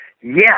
yes